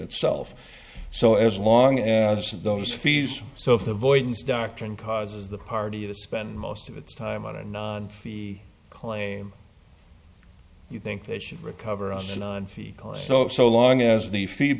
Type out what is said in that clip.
itself so as long as those fees so if the voids doctrine causes the party to spend most of its time on anon the claim you think they should recover it so long as the fee